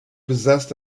possessed